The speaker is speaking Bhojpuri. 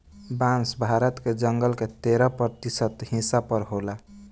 बांस भारत के जंगल के तेरह प्रतिशत हिस्सा पर होला